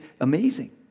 amazing